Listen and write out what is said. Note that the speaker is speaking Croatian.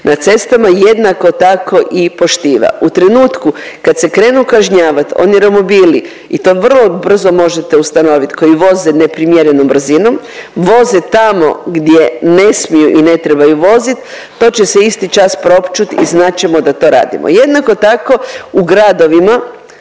na cestama, jednako tako i poštiva. U trenutku kad se krenu kažnjavat oni romobili i to vrlo brzo možete ustanovit koji voze neprimjerenom brzinom, voze tamo gdje ne smiju i ne trebaju vozit, to će se isti čas pročut i znat ćemo da to radimo. Jednako tako u gradovima,